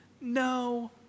No